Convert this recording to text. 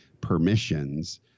permissions